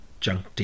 junk